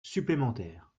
supplémentaires